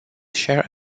share